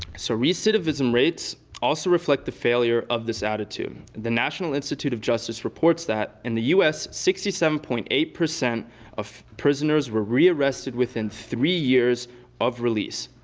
so recidivism rates also reflect the failure of this attitude. the national institute of justice reports that in the us, sixty seven point eight of of prisoners were rearrested within three years of release.